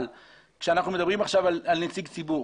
אבל כשאנחנו מדברים עכשיו על נציג ציבור,